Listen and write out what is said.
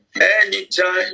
anytime